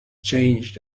changed